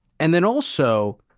and then, also,